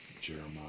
Jeremiah